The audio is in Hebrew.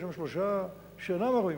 ויש שם שלושה שאינם ערבים,